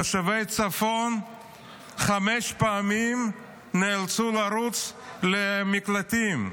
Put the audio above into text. תושבי הצפון נאלצו חמש פעמים לרוץ למקלטים.